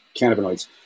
cannabinoids